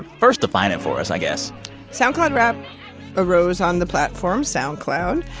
first, define it for us, i guess soundcloud rap arose on the platform soundcloud.